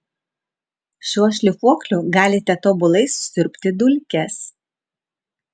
šiuo šlifuokliu galite tobulai susiurbti dulkes